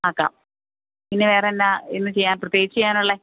ആക്കാം പിന്നെ വേറെയെന്താണ് ഇന്ന് ചെയ്യാന് പ്രത്യേകിച്ച് ചെയ്യാനുള്ളത്